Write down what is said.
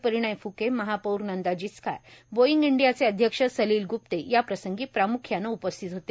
परिणय फ्केए महापौर नंदा जिचकारए बोईंग इंडियाचे अध्यक्ष सलिल ग्प्ते या प्रसंगी प्राम्ख्याने उपस्थित होते